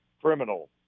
criminal